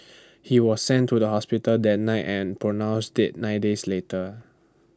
he was sent to the hospital that night and pronounced dead nine days later